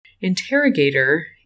interrogator